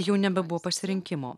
jau nebebuvo pasirinkimo